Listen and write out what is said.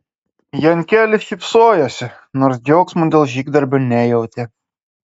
jankelis šypsojosi nors džiaugsmo dėl žygdarbio nejautė